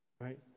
right